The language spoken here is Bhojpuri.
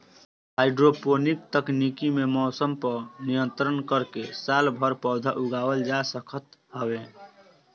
हाइड्रोपोनिक तकनीकी में मौसम पअ नियंत्रण करके सालभर पौधा उगावल जा सकत हवे